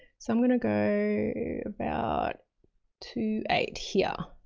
so i'm going to go about two eight here.